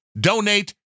donate